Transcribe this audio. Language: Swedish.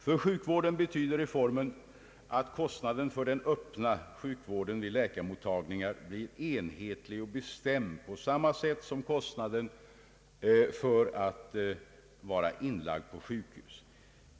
För sjukvården betyder reformen att kostnaden för den öppna sjukvården vid läkarmottagningar blir enhetlig och bestämd på samma sätt som kostnaden för att vara inlagd på sjukhus.